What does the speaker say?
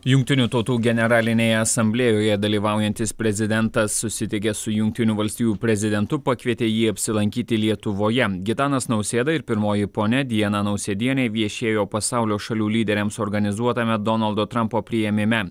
jungtinių tautų generalinėje asamblėjoje dalyvaujantis prezidentas susitikęs su jungtinių valstijų prezidentu pakvietė jį apsilankyti lietuvoje gitanas nausėda ir pirmoji ponia diana nausėdienė viešėjo pasaulio šalių lyderiams suorganizuotame donaldo trampo priėmime